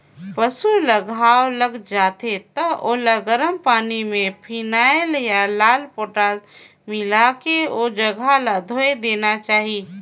पसु ल घांव लग जाथे त ओला गरम पानी में फिनाइल या लाल पोटास मिलायके ओ जघा ल धोय देना चाही